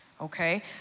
okay